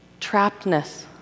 trappedness